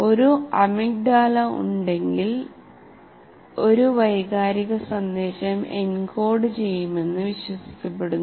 ഒരു അമിഗ്ഡാല ഉണ്ടെങ്കിൽ ഒരു വൈകാരിക സന്ദേശം എൻകോഡുചെയ്യുമെന്ന് വിശ്വസിക്കപ്പെടുന്നു